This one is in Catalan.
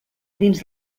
dins